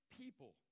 people